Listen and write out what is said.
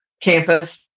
campus